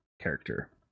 character